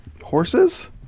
Horses